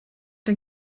der